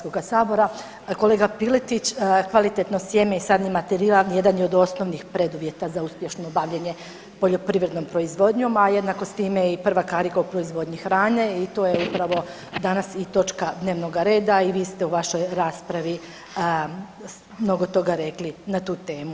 Kolega Piletić, kvalitetno sjeme i sadni materijal jedan je od osnovnih preduvjeta za uspješno bavljenje poljoprivrednom proizvodnjom, a jednako s time i prva karika u proizvodnji hrane i to je upravo danas i točka dnevnoga reda i vi ste u vašoj raspravi mnogo toga rekli na tu temu.